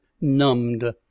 numbed